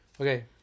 Okay